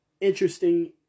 interesting